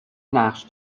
نقش